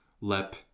Lep